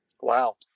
Wow